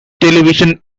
television